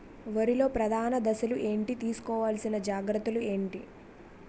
వరిలో ప్రధాన దశలు ఏంటి? తీసుకోవాల్సిన జాగ్రత్తలు ఏంటి?